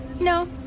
No